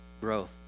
growth